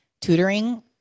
tutoring